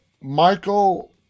Michael